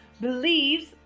believes